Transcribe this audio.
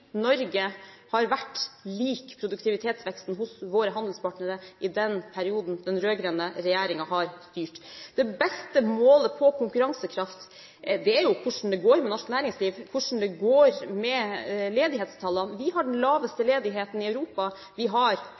Norge har vært lik produktivitetsveksten hos våre handelspartnere i den perioden den rød-grønne regjeringen har styrt. Det beste målet på konkurransekraft er jo hvordan det går med norsk næringsliv, hvordan det går med ledighetstallene. Vi har den laveste ledigheten i Europa. Vi har